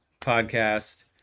podcast